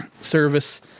service